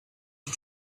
you